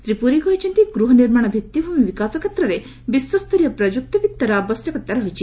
ଶ୍ରୀ ପୁରୀ କହିଛନ୍ତି ଗୂହ ନିର୍ମାଣ ଭିତ୍ତିଭୂମି ବିକାଶ କ୍ଷେତ୍ରରେ ବିଶ୍ୱସ୍ତରୀୟ ପ୍ରଯୁକ୍ତି ବିଦ୍ୟାର ଆବଶ୍ୟକତା ରହିଛି